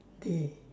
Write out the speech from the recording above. okay